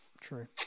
true